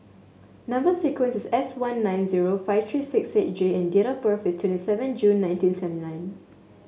number sequence is S one nine zero five three six eight J and date of birth is twenty seven June nineteen seventy nine